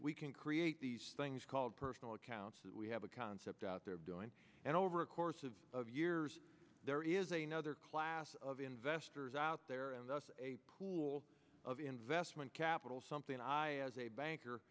we can create these things called personal accounts that we have a concept out there doing and over a course of of years there is a nother class of investors out there and that's a pool of investment capital something i as a banker